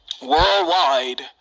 worldwide